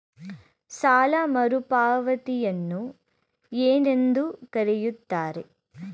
ಸಾಲ ಮರುಪಾವತಿಯನ್ನು ಏನೆಂದು ಕರೆಯುತ್ತಾರೆ?